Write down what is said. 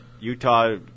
Utah